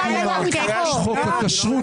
בתחולה מידית של ההסדר היא דווקא שהוא יחול עכשיו.